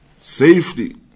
safety